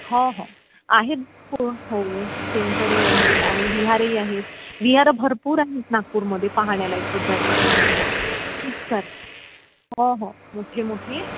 हो हो आहेत भरपूर हो सेंटरही आहेत आणि विहारही आहेत विहारं भरपूर आहेत नागपूरमध्ये पाहण्यालायक बुद्धाचे खूप सारे हो हो मोठे मोठे